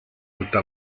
alta